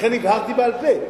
לכן הבהרתי בעל-פה.